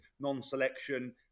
non-selection